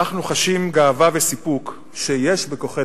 אנחנו חשים גאווה וסיפוק שיש בכוחנו